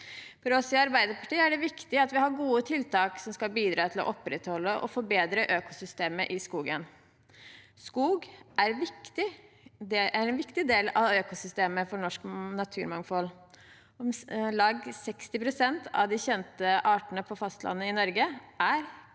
For oss i Arbeiderpartiet er det viktig at vi har gode tiltak som skal bidra til å opprettholde og forbedre økosystemet i skogen. Skog er en viktig del av økosystemet for norsk naturmangfold. Om lag 60 pst. av de kjente artene på fastlandet i Norge er